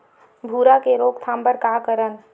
भूरा के रोकथाम बर का करन?